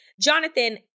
Jonathan